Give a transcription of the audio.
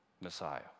Messiah